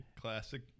classic